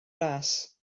ras